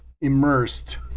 immersed